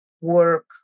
work